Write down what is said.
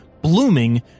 Blooming